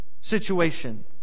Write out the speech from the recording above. situation